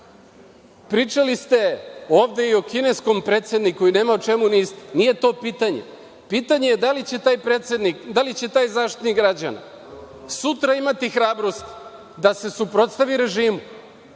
pričali ste ovde i o kineskom predsedniku i nema o čemu niste, nije to pitanje. Pitanje je da li će taj Zaštitnik građana sutra imati hrabrosti da se suprostavi režimu